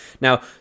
Now